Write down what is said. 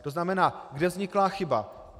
To znamená, kde vznikla chyba.